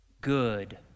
good